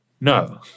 no